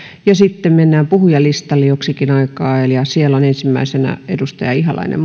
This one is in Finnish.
sitten mennään puhujalistalle joksikin aikaa ja siellä on ensimmäisenä edustaja ihalainen